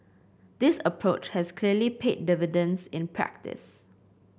this approach has clearly paid dividends in practice